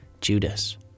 Judas